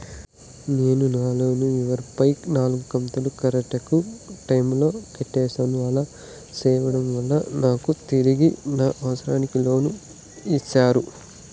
నేను నా లోను ఇరవై నాలుగు కంతులు కరెక్టు టైము లో కట్టేసాను, అలా సేయడం వలన నాకు తిరిగి నా అవసరానికి లోను ఇస్తారా?